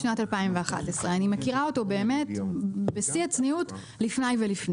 משנת 2011. בשיא הצניעות אני מכירה אותו לפני ולפנים.